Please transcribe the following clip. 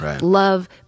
love